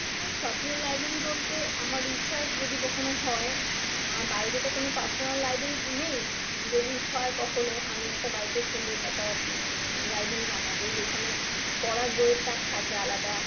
হ্যাঁ এই স্বপ্নের লাইব্রেরি বলতে আমার ইচ্ছা আছে যদি কখনও হয় আমার বাড়িতে তো কোনো পার্সোনাল লাইব্রেরি নেই যদি হয় কখনও আমি একটা বাড়িতে সুন্দর একটা লাইব্রেরি বানাব যেখানে পড়ার বইয়ের তাক থাকবে আলাদা